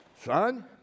son